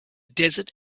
desert